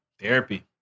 Therapy